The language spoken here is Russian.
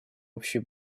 общей